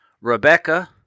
Rebecca